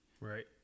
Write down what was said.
Right